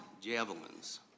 javelins